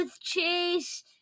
Chase